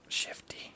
Shifty